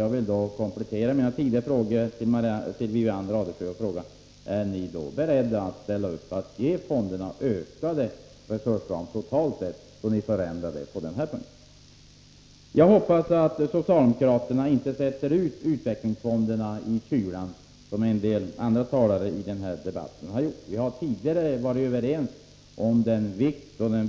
Jag vill komplettera mina tidigare frågor till Wivi-Anne Radesjö med att fråga: Är socialdemokraterna beredda att ställa upp och ge fonderna ökade resursramar totalt sett? Jag hoppas att socialdemokraterna inte sätter ut utvecklingsfonderna i kylan som en del andra talare i denna debatt har gjort. Vi har tidigare varit överens om den